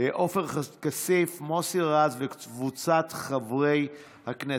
עופר כסיף, מוסי רז וקבוצת חברי הכנסת.